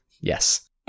yes